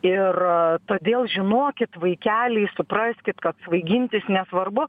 ir todėl žinokit vaikeliai supraskit kad svaigintis nesvarbu